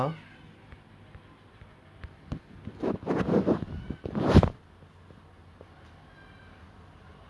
who are assassins so அவங்க வந்து எப்படி:avanga vanthu eppadi assassin ஆவுறது அவங்க எப்படி மத்தவங்க கொல்றது:aavurathu avanga eppadi mattavanga kolrathu evidence இல்லாம எப்படி கொல்றது:illaama eppadi kolrathu